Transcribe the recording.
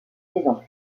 saison